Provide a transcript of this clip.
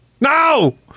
No